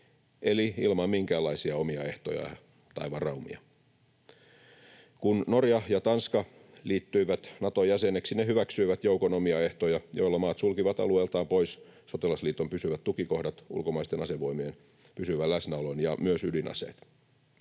eli ilman minkäänlaisia omia ehtoja tai varaumia. Kun Norja ja Tanska liittyivät Nato-jäseneksi, ne hyväksyivät joukon omia ehtoja, joilla maat sulkivat alueeltaan pois sotilasliiton pysyvät tukikohdat, ulkomaisten asevoimien pysyvän läsnäolon ja myös ydinaseet.